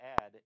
add